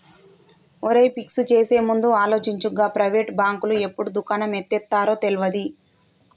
ఒరేయ్, ఫిక్స్ చేసేముందు ఆలోచించు, గా ప్రైవేటు బాంకులు ఎప్పుడు దుకాణం ఎత్తేత్తరో తెల్వది